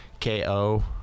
KO